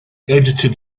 edited